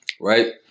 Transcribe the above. Right